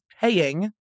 paying